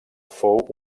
fou